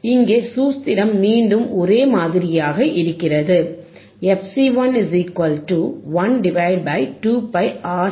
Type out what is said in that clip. இங்கே சூத்திரம் மீண்டும் ஒரே மாதிரியாக இருக்கிறது fC1 1 2πRC1